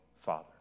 Father